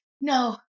no